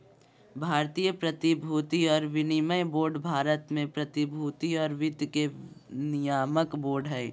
भारतीय प्रतिभूति और विनिमय बोर्ड भारत में प्रतिभूति और वित्त के नियामक बोर्ड हइ